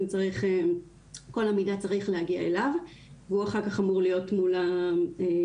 צריך שכל המידע יגיע אליו והוא אחר כך אמור להמשיך את הטיפול